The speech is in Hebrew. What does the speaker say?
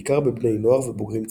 בעיקר בבני נוער ובוגרים צעירים.